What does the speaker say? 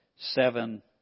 Seven